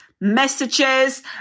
messages